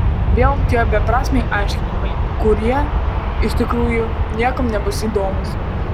vėl tie beprasmiai aiškinimai kurie iš tikrųjų niekam nebus įdomūs